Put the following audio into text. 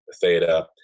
Theta